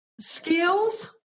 skills